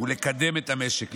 ולקדם את המשק.